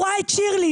הוא ראה את שירלי.